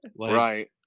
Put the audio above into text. right